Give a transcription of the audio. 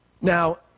Now